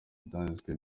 byanditswe